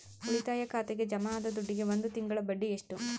ಉಳಿತಾಯ ಖಾತೆಗೆ ಜಮಾ ಆದ ದುಡ್ಡಿಗೆ ಒಂದು ತಿಂಗಳ ಬಡ್ಡಿ ಎಷ್ಟು?